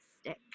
stick